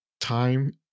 time